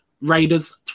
Raiders